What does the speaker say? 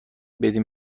بدین